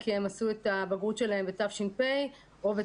כי הוא עשה את הבגרות בשנת תש"ף תשפ"א.